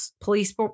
police